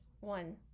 one